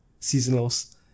seasonals